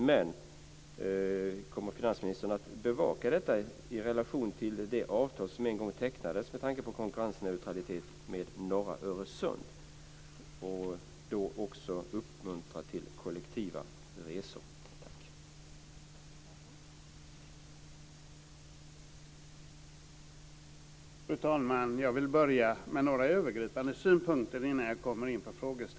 Men kommer finansministern att bevaka detta i relation till det avtal som en gång tecknades med tanke på konkurrensneutralitet med norra Öresund och då också uppmuntra till kollektiva resor? Tack!